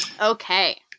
Okay